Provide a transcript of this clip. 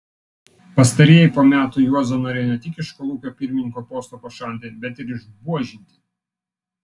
pastarieji po metų juozą norėjo ne tik iš kolūkio pirmininko posto pašalinti bet ir išbuožinti